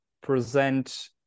present